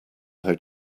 how